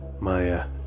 Maya